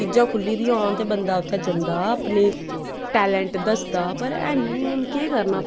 चीजां खुल्ली दियां होन ते बंदा उत्थें जंदा अपना टैलेन्ट दसदा पर ऐनी हून केह् करना